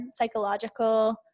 psychological